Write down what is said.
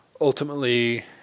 ultimately